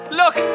look